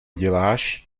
děláš